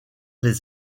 les